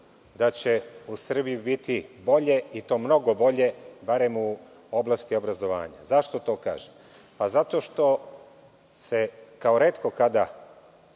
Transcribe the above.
da će u Srbiji biti bolje, mnogo bolje, barem u oblasti obrazovanja. Zašto to kažem? Zato što se, kao retko kada,